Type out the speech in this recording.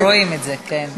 רואים את זה, כן.